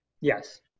Yes